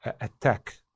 attack